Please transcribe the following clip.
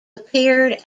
appeared